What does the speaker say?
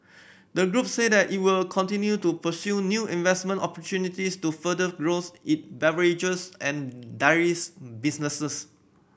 the group said that it will continue to pursue new investment opportunities to further growth it beverages and dairies businesses